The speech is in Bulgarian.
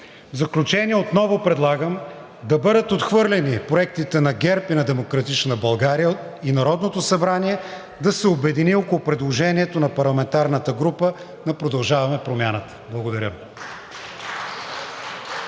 заключение, отново предлагам да бъдат отхвърлени проектите на ГЕРБ и „Демократична България“ и Народното събрание да се обедини около предложението на парламентарната група на „Продължаваме Промяната“. Благодаря.